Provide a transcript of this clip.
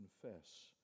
confess